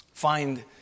find